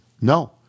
No